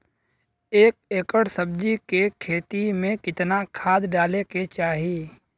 एक एकड़ सब्जी के खेती में कितना खाद डाले के चाही?